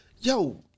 Yo